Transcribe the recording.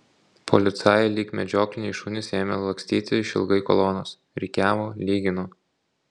policajai lyg medžiokliniai šunys ėmė lakstyti išilgai kolonos rikiavo lygino